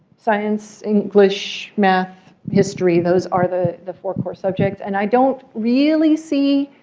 science, english, math, history those are the the four core subjects. and i don't really see